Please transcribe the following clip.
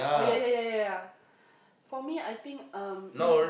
oh ya ya ya for me I think um you